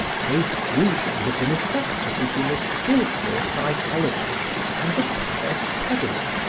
no fusion had been effected between the skilful psychologist and the pious pedant,